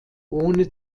ohne